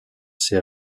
ses